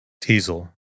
Teasel